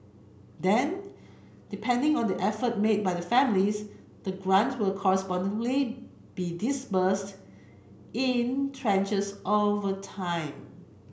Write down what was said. then depending on the effort made by the families the grant will correspondingly be disbursed in tranches over time